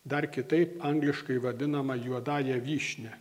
dar kitaip angliškai vadinama juodąja vyšnia